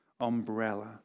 umbrella